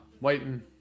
waiting